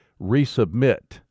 resubmit